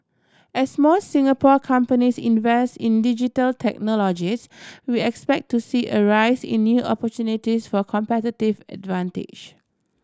as more Singapore companies invest in Digital Technologies we expect to see a rise in new opportunities for competitive advantage